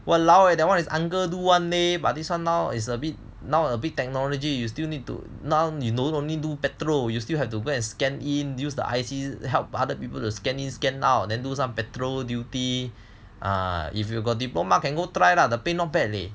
!walaoeh! that one is uncle do [one] leh but this one now is a bit now a bit technology you still need to now you don't only do patrol you still have to go and scan in use the I_C help other people to scan in scan out then do some patrol duty ah if you got diploma can go try lah the pay not bad